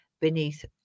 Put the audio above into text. beneath